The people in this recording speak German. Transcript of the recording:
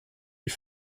die